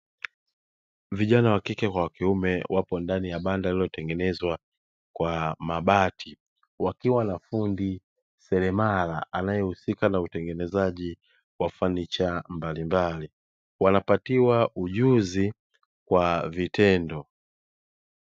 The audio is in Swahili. Vijana wa kike kwa kiume wapo ndani ya banda lililotengenezwa kwa mabati, wakiwa na fundi seremala anayehusika na utengenezaji wa fanicha mbalimbali; wanapatiwa ujuzi wa vitendo.